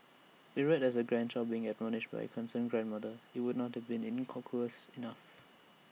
if read as A grandchild being admonished by A concerned grandmother IT would not to been innocuous enough